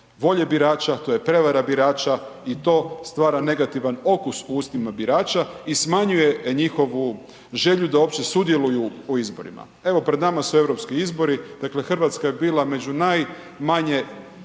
volje birača, to je prevara birača i to stvara negativan okus u ustima birača i smanjuje njihovu želju da uopće sudjeluju u izborima. Evo, pred nama su europski izbori, dakle Hrvatska je bila među najmanje